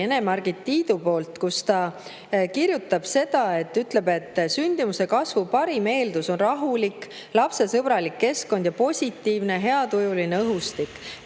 Ene-Margit Tiidult, kus ta kirjutab, et sündimuse kasvu parim eeldus on rahulik lapsesõbralik keskkond ja positiivne, heatujuline õhustik.